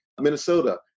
Minnesota